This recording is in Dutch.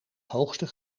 hoogste